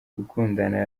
gukundana